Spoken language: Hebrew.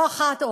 לא אחת,